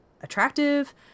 attractive